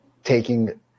taking